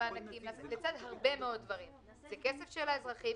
למרות בקשות חוזרות ונשנות,